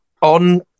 On